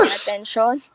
attention